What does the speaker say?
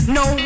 no